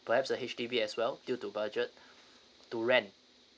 perhaps a H_D_B as well due to budget to rent